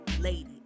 Lady